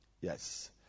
Yes